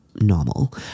normal